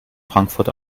frankfurt